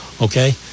okay